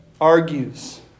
argues